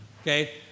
Okay